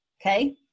okay